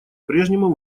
прежнему